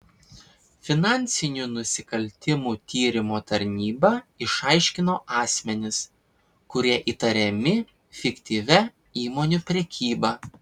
finansinių nusikaltimų tyrimo tarnyba išaiškino asmenis kurie įtariami fiktyvia įmonių prekyba